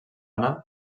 anna